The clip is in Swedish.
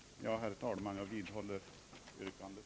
Jag vidhåller, herr talman, mitt yrkande.